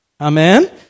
Amen